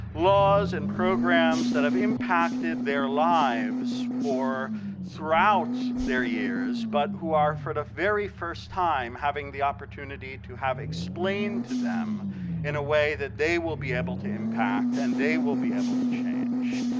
laws and programs that have impacted their lives for throughout their years, but who are for the very first time having the opportunity to have explained to them in a way that they will be able to impact and they will be able to change.